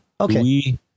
okay